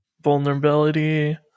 vulnerability